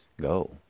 go